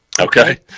okay